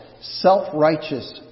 self-righteous